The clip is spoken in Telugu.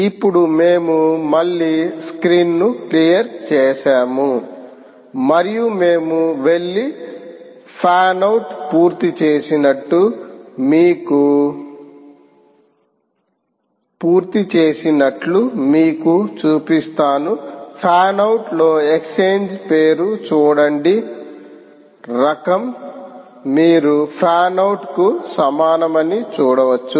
ఇప్పుడు మేము మళ్ళీ స్క్రీన్ను క్లియర్ చేసాము మరియు మేము వెళ్లి ఫ్యాన్ ఔట్ పూర్తి చేసినట్లు మీకు చూపిస్తాను ఫ్యాన్ అవుట్ లో ఎక్స్చేంజ్ పేరు చూడండి రకం మీరు ఫ్యాన్ అవుట్ కు సమానమని చూడవచ్చు